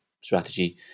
strategy